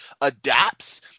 adapts